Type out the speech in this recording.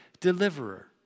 deliverer